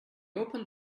opened